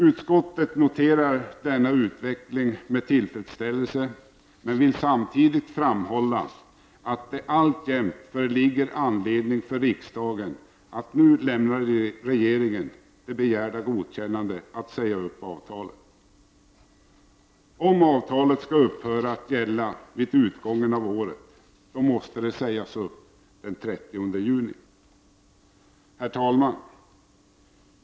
Utskottet noterar denna utveckling med tillfredsställelse men vill samtidigt framhålla att det alltjämt föreligger anledning för riksdagen att nu lämna regeringen det begärda godkännandet att säga upp avtalet. Om avtalet skall upphöra att gälla vid utgången av året måste det sägas upp den 30 juni. Herr talman!